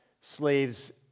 slaves